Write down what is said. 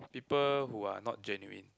people who are not genuine